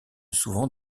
souvent